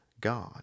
God